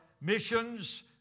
missions